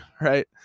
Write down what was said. right